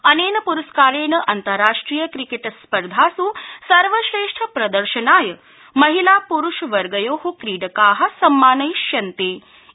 अनेन प्रस्कारेण अन्ताराष्ट्रिय क्रिकेट् स्पर्धास् सर्वश्रेष्ठ प्रदर्शनाय महिला प्रूष वर्गयो क्रीडका सम्मानयिष्यन्ते